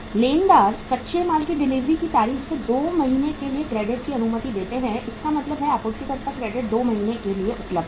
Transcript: लेनदार कच्चे माल की डिलीवरी की तारीख से 2 महीने के लिए क्रेडिट की अनुमति देते हैं तो इसका मतलब है आपूर्तिकर्ता क्रेडिट 2 महीने के लिए उपलब्ध है